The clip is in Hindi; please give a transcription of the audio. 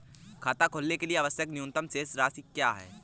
खाता खोलने के लिए आवश्यक न्यूनतम शेष राशि क्या है?